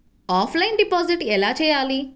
Offline deposit ఎలా చేయాలి?